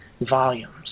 volumes